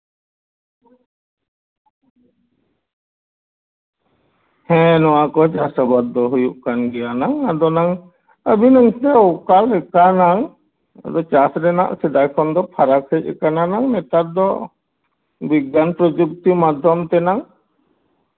ᱦᱮᱸ ᱱᱚᱣᱟ ᱠᱚ ᱪᱟᱥᱼᱟᱵᱟᱫᱽ ᱫᱚ ᱦᱩᱭᱩᱜ ᱠᱟᱱ ᱜᱮᱭᱟ ᱱᱟᱝ ᱟᱫᱚ ᱱᱟᱝ ᱟᱫᱚ ᱱᱤᱛᱳᱜ ᱚᱠᱟᱞᱮᱠᱟ ᱱᱟᱝ ᱟᱫᱚ ᱪᱟᱥ ᱨᱮᱱᱟᱜ ᱥᱮᱫᱟᱭ ᱠᱷᱚᱱ ᱫᱚ ᱯᱷᱟᱨᱟᱠ ᱦᱮᱡ ᱠᱟᱱᱟ ᱱᱟᱝ ᱱᱮᱛᱟᱨ ᱫᱚ ᱵᱤᱜᱽᱜᱟᱱ ᱯᱨᱚᱡᱩᱠᱛᱤ ᱢᱟᱫᱽᱫᱷᱚᱢ ᱛᱮᱱᱟᱝ